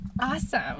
Awesome